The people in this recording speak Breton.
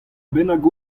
bennak